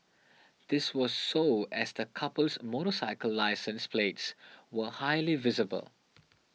this was so as the couple's motorcycle license plates were highly visible